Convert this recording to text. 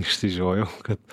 išsižiojau kad